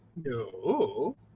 no